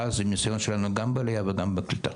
ואז זה ניסיון שלנו גם בעלייה וגם קליטה.